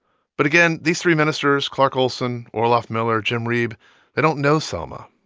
but again, these three ministers clark olsen, orloff miller, jim reeb they don't know selma.